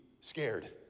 scared